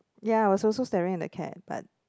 ya I was also staring at the cat but